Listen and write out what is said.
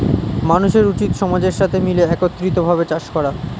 মানুষের উচিত সমাজের সাথে মিলে একত্রিত ভাবে চাষ করা